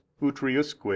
utriusque